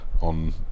On